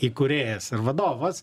įkūrėjas ir vadovas